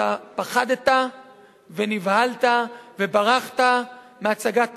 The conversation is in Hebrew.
אתה פחדת ונבהלת וברחת מהצגת תקציב.